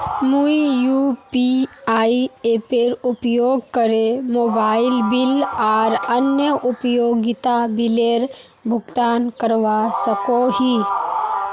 मुई यू.पी.आई एपेर उपयोग करे मोबाइल बिल आर अन्य उपयोगिता बिलेर भुगतान करवा सको ही